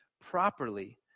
properly